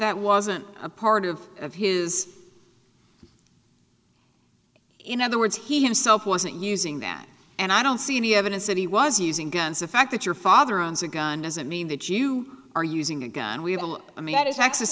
that wasn't a part of of his in other words he himself wasn't using that and i don't see any evidence that he was using guns the fact that your father owns a gun doesn't mean that you are using a gun w